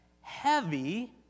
heavy